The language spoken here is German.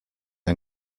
ein